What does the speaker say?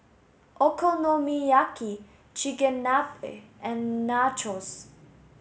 Okonomiyaki Chigenabe and Nachos